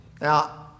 Now